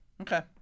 Okay